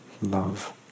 Love